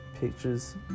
pictures